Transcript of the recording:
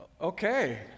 Okay